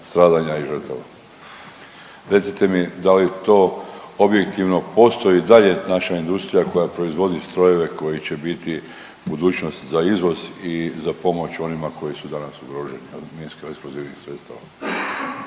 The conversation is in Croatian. stradanja i žrtava. Recite mi da li to objektivno postoji i dalje naša industrija koja proizvodi strojeve koji će biti budućnost za izvoz i za pomoć onima koji su danas …/Govornik se ne